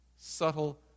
subtle